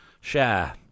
Share